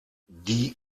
die